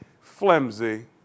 flimsy